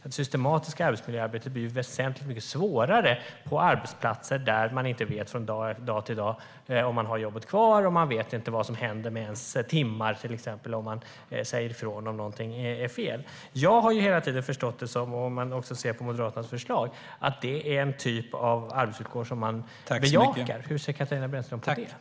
Det systematiska arbetsmiljöarbetet blir ju väsentligt mycket svårare på arbetsplatser där de anställda inte vet från dag till dag om de har jobbet kvar eller vad som händer med deras timmar, till exempel, om de säger ifrån då någonting är fel. Sett till Moderaternas förslag har jag hela tiden förstått det som att det är en typ av arbetsvillkor man bejakar. Hur ser Katarina Brännström på det?